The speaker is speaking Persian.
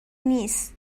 نیست